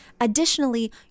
Additionally